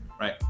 right